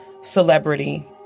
celebrity